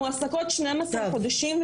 מועסקות שניים עשר חודשים,